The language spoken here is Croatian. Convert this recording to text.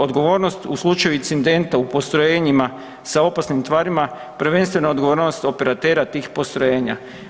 Odgovornost u slučaju incidenta u postrojenjima sa opasnim tvarima prvenstveno je odgovornost operatera tih postrojenja.